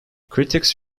critics